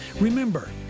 Remember